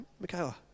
Michaela